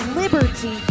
liberty